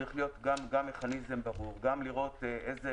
צריך להיות גם מכניזם ברור, גם לראות איזה